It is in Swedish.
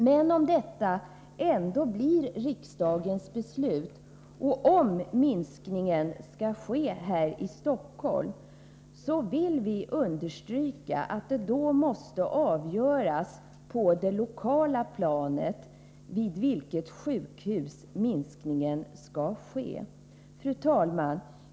Men om detta ändå blir riksdagens beslut, och om minskningen skall ske här i Stockholm, vill vi understryka att det då måste avgöras på det lokala planet vid vilket sjukhus minskningen skall ske. Fru talman!